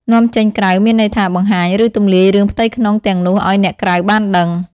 នាំចេញក្រៅ មានន័យថា បង្ហាញ ឬទម្លាយរឿងផ្ទៃក្នុងទាំងនោះឱ្យអ្នកក្រៅបានដឹង។